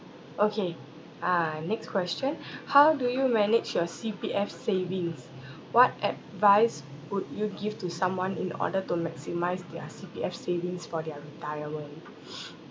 okay ah next question how do you manage your C_P_F savings what advice would you give to someone in order to maximise their C_P_F savings for their retirement